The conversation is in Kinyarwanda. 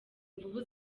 mvubu